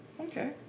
okay